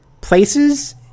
places